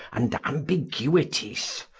and ambiguities